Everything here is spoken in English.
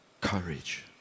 courage